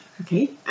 Okay